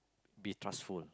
be trustful